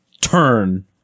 turn